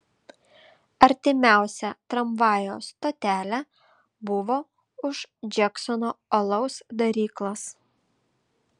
artimiausia tramvajaus stotelė buvo už džeksono alaus daryklos